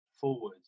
forward